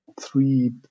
three